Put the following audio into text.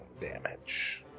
damage